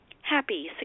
happy